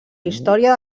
història